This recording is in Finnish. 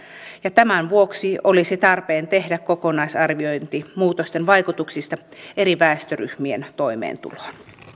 ja tämän vuoksi olisi tarpeen tehdä kokonaisarviointi muutosten vaikutuksista eri väestöryhmien toimeentuloon